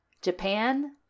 Japan